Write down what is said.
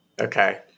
Okay